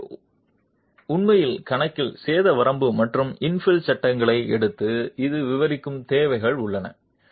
எனவே உள்ளது உண்மையில் கணக்கில் சேதம் வரம்பு மற்றும் இன்ஃபில் சட்டங்களை எடுத்து இது விவரிக்கும் தேவைகள் உள்ளன